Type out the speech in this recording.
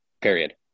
period